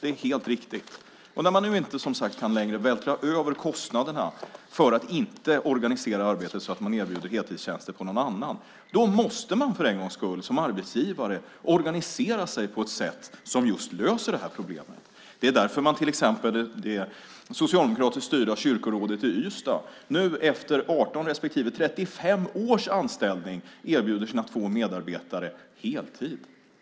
Det är helt riktigt. När man nu inte längre kan vältra över kostnaderna på någon annan för att man inte organiserar arbetet så att man erbjuder heltidstjänster måste man för en gångs skull som arbetsgivare organisera sig på ett sätt som just löser det här problemet. Det är därför det socialdemokratiskt styrda kyrkorådet i Ystad till exempel erbjuder sina två medarbetare heltid, efter 18 respektive 35 års anställning.